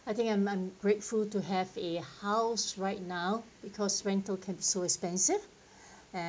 I think I'm grateful to have a house right now because rental can be so expensive